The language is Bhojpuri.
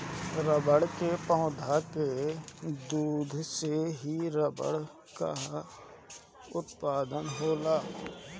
रबड़ के पौधा के दूध से ही रबड़ कअ उत्पादन होला